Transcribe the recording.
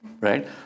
right